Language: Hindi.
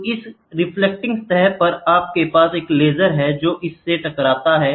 तो इस रिफ्लेक्टिंग सतह पर आपके पास एक लेजर है जो इससे टकराता है